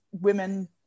women